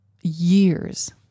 years